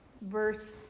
verse